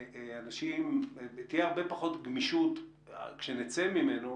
תהיה הרבה פחות גמישות כשנצא ממנו,